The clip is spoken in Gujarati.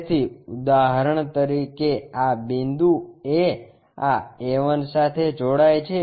તેથી ઉદાહરણ તરીકે આ બિંદુ A આ A 1 સાથે જોડાય છે